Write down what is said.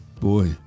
Boy